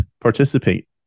participate